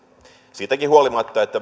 siitäkin huolimatta että